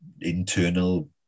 internal